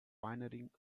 pioneering